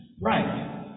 Right